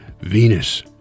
Venus